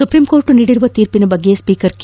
supreme court ನೀಡಿರುವ ತೀರ್ಪಿನ ಬಗ್ಗೆ ಸ್ವೀಕರ್ ಕೆ